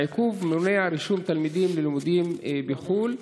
העיכוב מונע רישום תלמידים ללימודים בחו"ל.